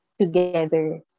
together